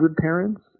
parents